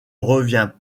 revient